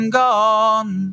gone